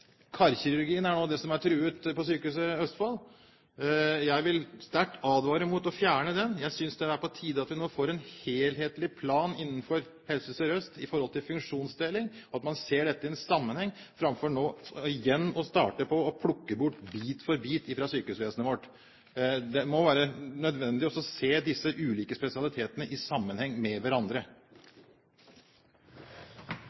Karkirurgien er den som nå er truet på Sykehuset Østfold. Jeg vil sterkt advare mot å fjerne den. Jeg synes det er på tide at vi får en helhetlig plan innenfor Helse Sør-Øst for funksjonsdeling, at man ser dette i en sammenheng, framfor igjen å starte med å plukke bort bit for bit fra sykehusvesenet vårt. Det er nødvendig å se disse ulike spesialitetene i sammenheng med hverandre.